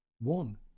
One